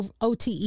ote